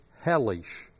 hellish